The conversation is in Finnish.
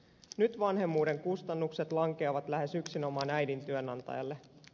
nyt vanhemmuuden kustannukset lankeavat lähes yksinomaan äidin työnantajalle